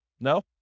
No